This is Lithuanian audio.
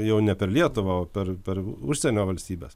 jau ne per lietuvą o per per užsienio valstybes